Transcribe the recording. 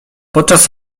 podczas